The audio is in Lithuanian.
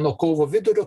nuo kovo vidurio